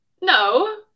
No